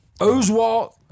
Oswald